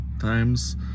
times